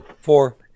Four